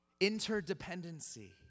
Interdependency